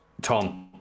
Tom